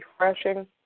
refreshing